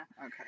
okay